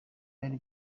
byari